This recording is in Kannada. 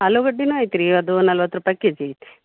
ಆಲೂಗಡ್ದೆನೂ ಐತೆ ರೀ ಅದು ನಲ್ವತ್ತು ರೂಪಾಯಿ ಕೆ ಜಿ ಐತೆ